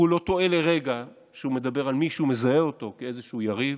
כי הוא לא טועה לרגע כשהוא מדבר על מי שהוא מזהה אותו כאיזשהו יריב.